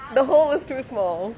the hole is too small